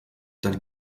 dann